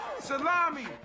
salami